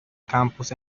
campus